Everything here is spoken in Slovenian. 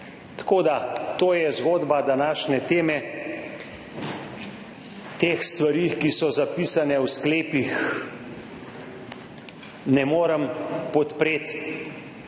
narobe. To je zgodba današnje teme. Teh stvari, ki so zapisane v sklepih, ne morem podpreti.